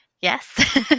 Yes